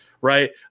right